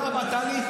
תודה רבה, טלי.